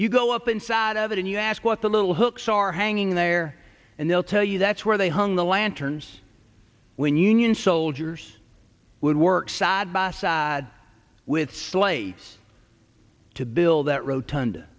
you go up inside of it and you ask what the little hooks are hanging in there and they'll tell you that's where they hung the lanterns when union soldiers would work side by side with slaves to build